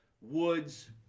Woods